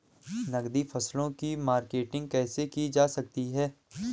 नकदी फसलों की मार्केटिंग कैसे की जा सकती है?